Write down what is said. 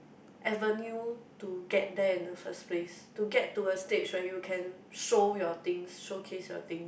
avenue to get there in the first place to get towards stage where you can show your things showcase your thing